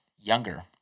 younger